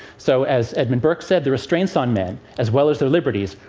so as edmund burke said, the restraints on men, as well as their liberties,